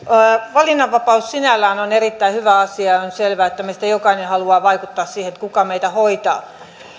valinnanvapaus sinällään on erittäin hyvä asia on selvää että meistä jokainen haluaa vaikuttaa siihen kuka meitä hoitaa